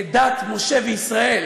כדת משה וישראל,